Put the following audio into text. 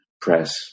press